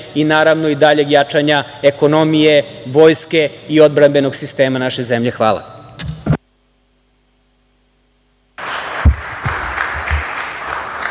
zemlje i daljeg jačanja ekonomije, vojske i odbrambenog sistema naše zemlje. Hvala.